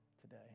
today